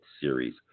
series